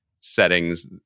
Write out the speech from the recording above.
settings